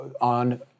on